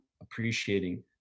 appreciating